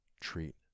treat